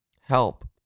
help